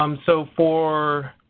um so for